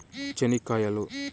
చెనిక్కాయలు